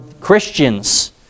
Christians